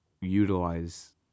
utilize